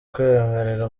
kwemerera